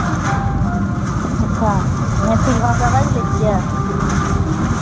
अच्छा मैथिल भाषा बाजि लै छियै